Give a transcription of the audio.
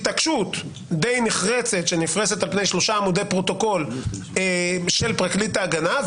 התעקשות די נחרצת שנפרסת על פני שלושה עמודי פרוטוקול של פרקליט ההגנה,